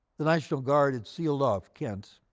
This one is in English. the national guard had sealed off kent.